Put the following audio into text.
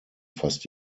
fast